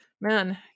man